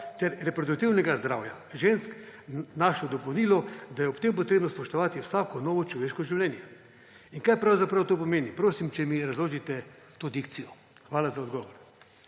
ter reproduktivnega zdravja žensk našlo dopolnilo, da je ob tem treba spoštovati vsako novo človeško življenje? In kaj pravzaprav to pomeni? Prosim, če mi razložite to dikcijo. Hvala za odgovor.